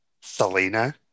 Selena